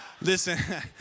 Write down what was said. listen